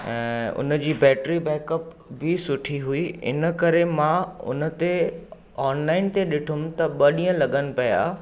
ऐं उनजी battery backup बि सुठी हुई इन करे मां उनते ऑनलाइन ते ॾिठुमि त ॿ ॾींहं लॻनि पिया